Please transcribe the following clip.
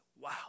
Wow